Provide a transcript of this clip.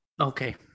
okay